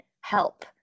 help